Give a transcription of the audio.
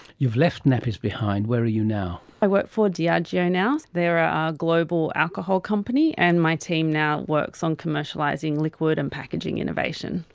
you've left nappies behind, where are you now? i work for diageo now, they're a global alcohol company and my team now works on commercialising liquid and packaging innovation.